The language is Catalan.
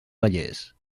vallès